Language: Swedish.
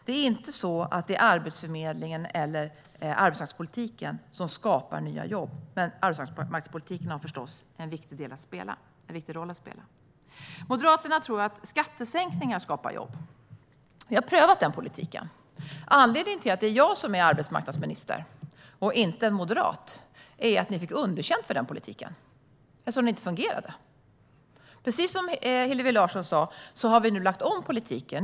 Det är inte så att det är Arbetsförmedlingen eller arbetsmarknadspolitiken som skapar nya jobb, men arbetsmarknadspolitiken har förstås en viktig roll att spela. Moderaterna tror att skattesänkningar skapar jobb. Vi har prövat den politiken. Anledningen till att det är jag som är arbetsmarknadsminister och inte en moderat är att ni fick underkänt för den politiken, eftersom den inte fungerade. Precis som Hillevi Larsson sa har vi nu lagt om politiken.